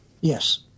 Yes